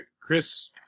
Chris